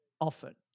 often